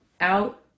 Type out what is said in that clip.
out